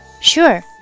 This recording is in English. Sure